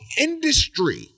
industry